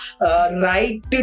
right